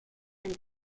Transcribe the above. and